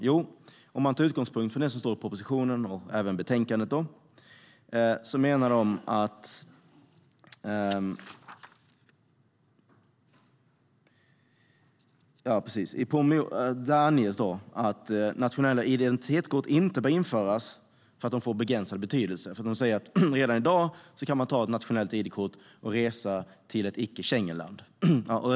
Jo, med utgångspunkt i det som står i propositionen och även i betänkandet menar de att nationella identitetskort inte bör införas eftersom de får begränsad betydelse. De säger att man redan i dag kan ta ett nationellt id-kort och resa till ett icke-Schengenland.